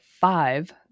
five